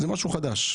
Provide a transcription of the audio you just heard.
זה משהו חדש,